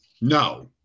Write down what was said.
No